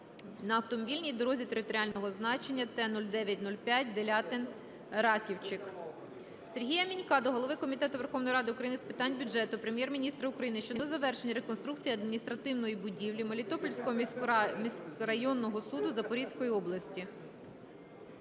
на автомобільній дорозі територіального значення Т 09-05 Делятин - Раківчик. Сергія Мінька до голови Комітету Верховної Ради України з питань бюджету, Прем'єр-міністра України щодо завершення реконструкції адміністративної будівлі Мелітопольського міськрайонного суду Запорізької області.